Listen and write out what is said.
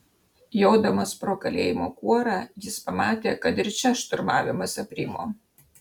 jodamas pro kalėjimo kuorą jis pamatė kad ir čia šturmavimas aprimo